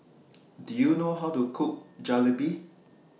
Do YOU know How to Cook Jalebi